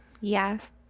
Yes